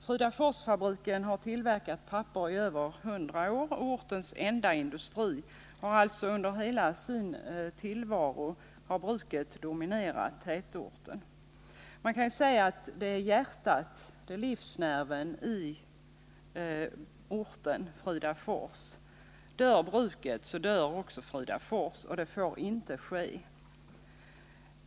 Fridaforsfabriken har tillverkat papper i över 100 år, är ortens enda industri och har alltså under hela sin tillvaro helt dominerat tätorten. Man kan säga att Fridaforsfabriken är hjärtat, livsnerven, i orten Fridafors. Dör bruket, så dör också orten Fridafors, och det får inte ske.